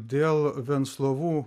dėl venclovų